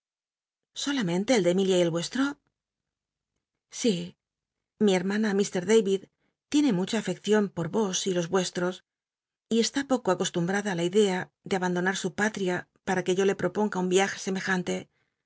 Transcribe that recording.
solamente el de emilia y el vuestro sí mi hermana ilr david tiene mucha afeccion por vos y los mestros y está poco acostumbtacla á la idea de abandonar su patl'ia para que yo le proponga un viaje semejante